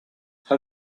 how